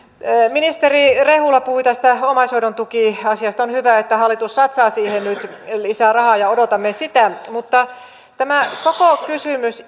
ministeri rehula puhui tästä omaishoidon tuki asiasta on hyvä että hallitus satsaa siihen nyt lisää rahaa ja odotamme sitä mutta tämä koko kysymys